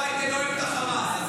את אמרת שביידן אוהב את החמאס.